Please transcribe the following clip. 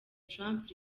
trump